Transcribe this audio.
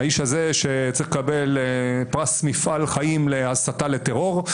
האיש הזה צריך לקבל פרס מפעל חיים להסתה לטרור,